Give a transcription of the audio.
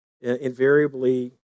invariably